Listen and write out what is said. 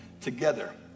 together